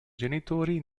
genitori